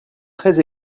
très